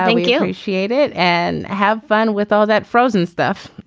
thank yeah you. she made it and have fun with all that frozen stuff.